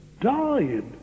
died